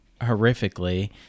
horrifically